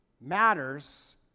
matters